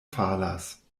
falas